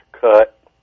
cut